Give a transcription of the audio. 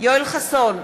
יואל חסון,